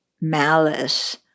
malice